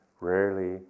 rarely